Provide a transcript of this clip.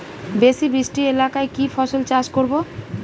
বেশি বৃষ্টি এলাকায় কি ফসল চাষ করব?